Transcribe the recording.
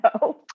no